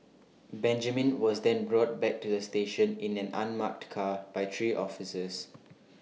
Benjamin was then brought back to the station in an unmarked car by three officers